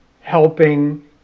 helping